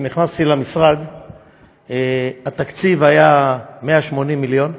כשנכנסתי למשרד התקציב היה 180 מיליון,